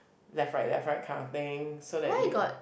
left right left right kind of thing so that you